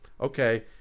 okay